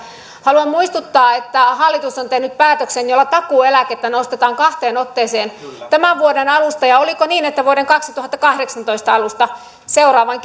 haluan muistuttaa että hallitus on tehnyt päätöksen jolla takuueläkettä nostetaan kahteen otteeseen tämän vuoden alusta ja oliko niin että vuoden kaksituhattakahdeksantoista alusta seuraavan